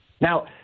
Now